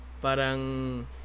parang